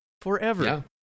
forever